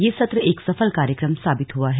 यह सत्र एक सफल कार्यक्रम साबित हुआ है